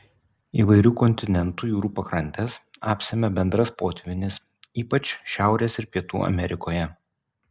įvairių kontinentų jūrų pakrantes apsemia bendras potvynis ypač šiaurės ir pietų amerikoje